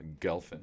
Gelfin